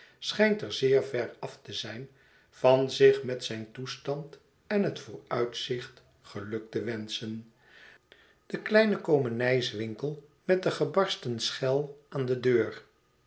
schijnt er zeer ver af te zijn van zich met zijn toestand en bet vooruitzicht geluk te wenschen de kleine komenijswinkel met de gebarsten schel aan de deur